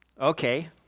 okay